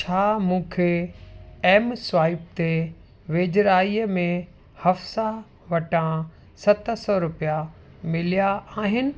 छा मूंखे एम स्वाइप ते वेझिराईअ में हफ्साह वटां सत सौ रुपया मिलिया आहिनि